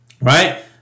right